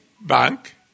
bank